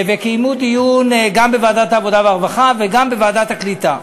וקיימו דיון גם בוועדת העבודה והרווחה וגם בוועדת הקליטה.